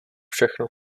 všechno